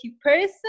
person